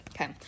Okay